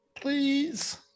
please